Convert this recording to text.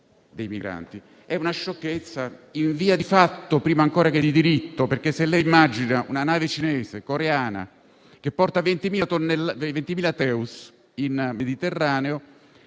È una sciocchezza in via di fatto prima ancora che di diritto, perché se lei immagina una nave cinese o coreana, che porta 20.000 unità equivalenti